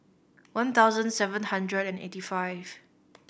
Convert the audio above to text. one thousand seven hundred and eighty five